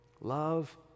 love